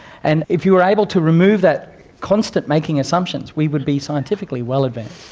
and if you are able to remove that constant making assumptions we would be scientifically well advanced.